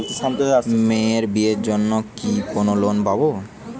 মেয়ের বিয়ের জন্য কি কোন লোন পাব?